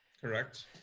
Correct